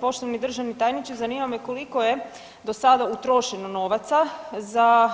Poštovani državni tajniče zanima me koliko je dosada utrošeno novaca za